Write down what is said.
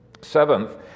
Seventh